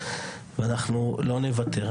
ואנחנו לא נוותר.